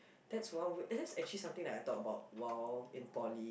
that's one eh that's actually something that I thought about while in poly